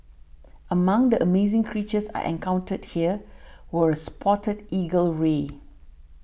among the amazing creatures I encountered here were a spotted eagle ray